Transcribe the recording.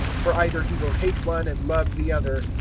for either he will hate one and love the other,